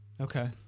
Okay